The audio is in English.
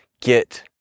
get